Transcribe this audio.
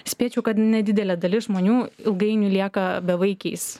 spėčiau kad nedidelė dalis žmonių ilgainiui lieka bevaikiais